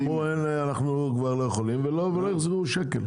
אמרו: אנחנו לא יכולים, ולא החזירו שקל.